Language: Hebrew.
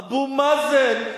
אבו מאזן,